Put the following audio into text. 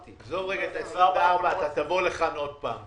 אני קראתי תגובה של מבקר המדינה.